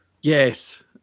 Yes